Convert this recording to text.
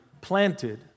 planted